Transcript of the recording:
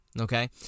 Okay